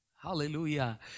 Hallelujah